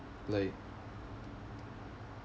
like